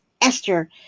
Esther